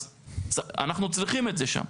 אז אנחנו צריכים את זה שם.